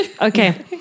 Okay